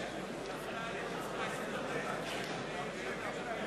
ההכרזה על תוצאות ההצבעה